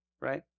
right